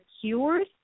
cures